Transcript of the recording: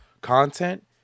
content